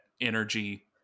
energy